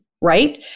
right